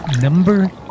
Number